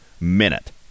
minute